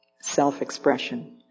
self-expression